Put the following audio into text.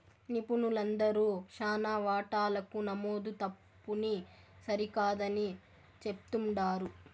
నిపుణులందరూ శానా వాటాలకు నమోదు తప్పుని సరికాదని చెప్తుండారు